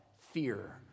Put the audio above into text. fear